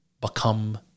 become